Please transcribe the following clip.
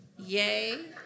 yay